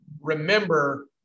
remember